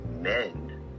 men